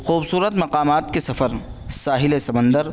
خوبصورت مقامات کے سفر ساحل سمندر